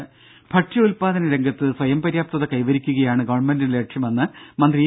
രുര ഭക്ഷ്യ ഉൽപാദന രംഗത്ത് സ്വയംപര്യാപ്തത കൈവരിക്കുകയാണ് ഗവൺമെന്റിന്റെ ലക്ഷ്യമെന്ന് മന്ത്രി ഇ